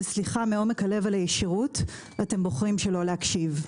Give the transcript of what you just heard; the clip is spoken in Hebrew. וסליחה מעומק הלב על הישירות אתם בוחרים שלא להקשיב.